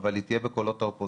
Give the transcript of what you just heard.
אבל היא תהיה בקולות האופוזיציה.